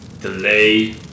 Delay